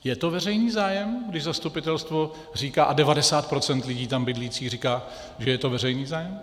Je to veřejný zájem, když zastupitelstvo a 90 % lidí tam bydlících říká, že je to veřejný zájem?